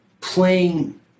playing